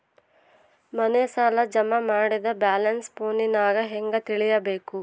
ಮನೆ ಸಾಲ ಜಮಾ ಮಾಡಿದ ಬ್ಯಾಲೆನ್ಸ್ ಫೋನಿನಾಗ ಹೆಂಗ ತಿಳೇಬೇಕು?